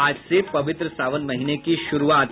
आज से पवित्र सावन महीने की शुरूआत